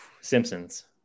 Simpsons